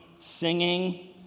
singing